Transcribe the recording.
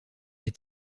est